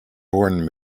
born